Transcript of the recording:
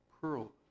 pearl